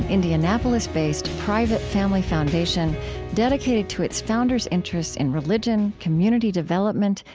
indianapolis-based, private family foundation dedicated to its founders' interests in religion, community development,